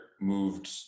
moved